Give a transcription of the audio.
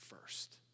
first